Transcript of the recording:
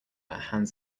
hands